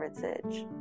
heritage